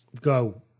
go